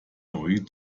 neue